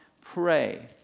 Pray